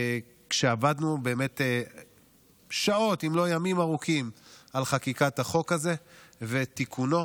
ועבדנו באמת שעות אם לא ימים ארוכים על חקיקת החוק הזה ועל תיקונו,